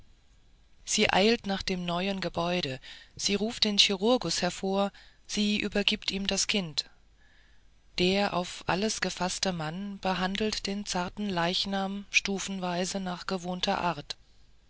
sie eilt nach dem neuen gebäude sie ruft den chirurgus hervor sie übergibt ihm das kind der auf alles gefaßte mann behandelt den zarten leichnam stufenweise nach gewohnter art